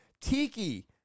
tiki